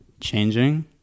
changing